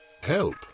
Help